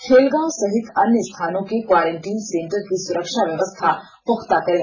खेलगांव सहित अन्य स्थानों के क्वारंटीन सेंटर की सुरक्षा व्यवस्था पुख्ता करें